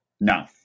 No